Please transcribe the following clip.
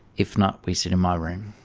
if not, we sit in my room.